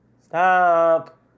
stop